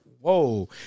whoa